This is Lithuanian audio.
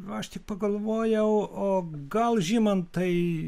nu aš tik pagalvojau o gal žymantai